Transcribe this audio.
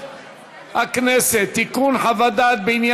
35 מתנגדים, 21 בעד.